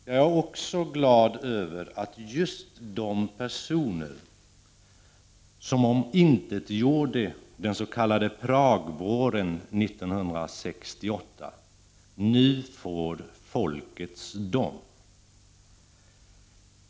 Jag är också glad över att just de personer som omintetgjorde Pragvåren 1968 nu får folkets dom.